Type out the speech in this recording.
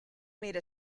made